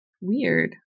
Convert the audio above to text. Weird